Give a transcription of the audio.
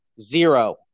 Zero